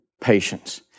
patience